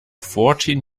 fourteen